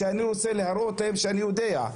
שאני רוצה להראות להם שאני יודע.